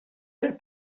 del